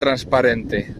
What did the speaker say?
transparente